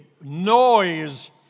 noise